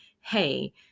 hey